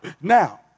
Now